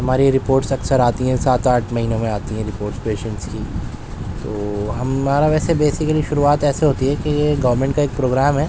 ہماری رپورٹس اکثر آتی ہیں سات آٹھ مہینے میں آتی ہے رپورٹ پیشینٹس کی تو ہم ہمارا ویسے بیسیکلی شروعات ایسے ہوتی ہے کہ یہ گورنمنٹ کا ایک پروگرام ہے